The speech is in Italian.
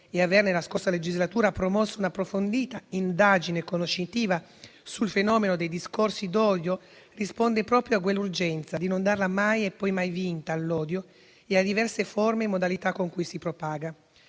nella scorsa legislatura un'approfondita indagine conoscitiva sul fenomeno dei discorsi d'odio risponde proprio a quell'urgenza di non darla mai e poi mai vinta all'odio e alle diverse forme e modalità con cui si propaga.